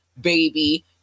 baby